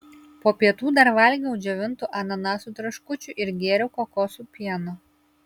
po pietų dar valgiau džiovintų ananasų traškučių ir gėriau kokosų pieno